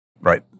right